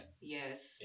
Yes